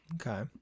Okay